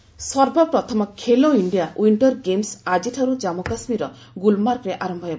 Khelo India ସର୍ବପ୍ରଥମ Khelo India ଓ୍ବିଶ୍ଚର games ଆଜିଠାରୁ ଜାନ୍ପୁକାଶ୍ମୀରର ଗୁଲ୍ମାର୍ଗରେ ଆରମ୍ଭ ହେବ